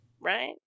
Right